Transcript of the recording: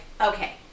okay